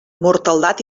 mortaldat